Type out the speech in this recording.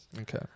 Okay